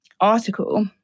article